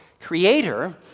creator